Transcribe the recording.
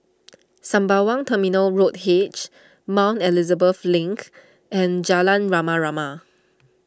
Sembawang Terminal Road H Mount Elizabeth Link and Jalan Rama Rama